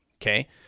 Okay